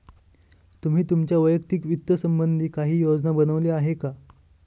तुम्ही तुमच्या वैयक्तिक वित्त संबंधी काही योजना बनवली आहे का?